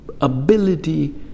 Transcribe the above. ability